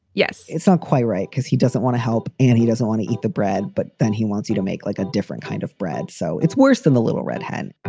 yes. it's not quite right because he doesn't want to help and he doesn't want to eat the bread. but then he wants you to make like a different kind of bread. so it's worse than the little redhead